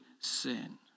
sin